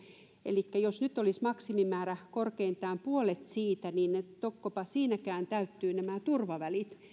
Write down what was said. elikkä jos nyt olisi maksimimäärä korkeintaan puolet siitä niin tokkopa siinäkään täyttyvät nämä turvavälit